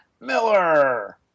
Miller